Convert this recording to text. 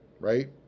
right